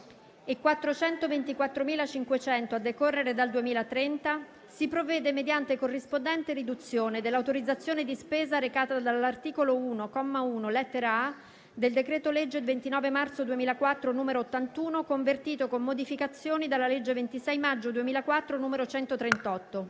424.500 a decorrere dal 2030, si provvede mediante corrispondente riduzione dell'autorizzazione di spesa recata dall'articolo 1, comma 1, lettera a) del decreto-legge 29 marzo 2004, n. 81, convertito con modificazioni dalla legge 26 maggio 2004, n. 138».